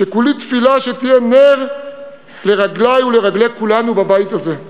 שכולי תפילה שתהיה נר לרגלי ולרגלי כולנו בבית הזה: